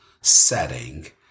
setting